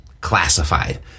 classified